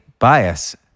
Bias